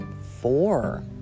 four